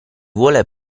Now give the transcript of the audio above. vuole